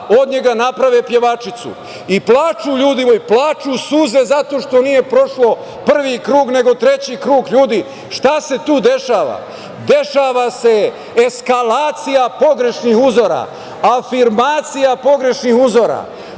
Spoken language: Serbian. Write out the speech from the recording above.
od njega naprave pevačicu i plaču ljudi zato što nije prošlo prvi krug, nego treći krug. Ljudi, šta se tu dešava? Dešava se eskalacija pogrešnih uzora, afirmacija pogrešnih uzora.